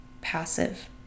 passive